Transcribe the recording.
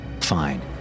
Fine